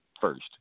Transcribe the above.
first